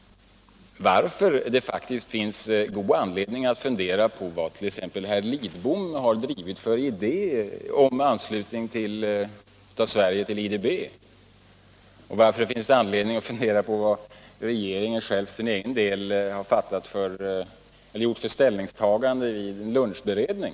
Varför finns det faktiskt stor anledning att fundera på vad t.ex. herr Lidbom har drivit för idéer om anslutning av Sverige till IDB och på vad regeringen för egen del har gjort för ställningstagande vid en lunchberedning?